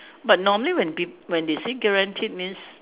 but normally when peo~ when they say guaranteed means